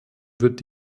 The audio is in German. wird